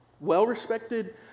well-respected